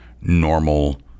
normal